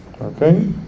Okay